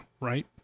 right